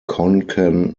konkan